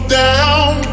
down